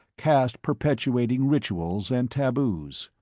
caste-perpetuating rituals and taboos.